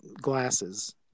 glasses